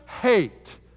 hate